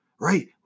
right